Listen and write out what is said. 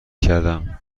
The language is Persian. کردم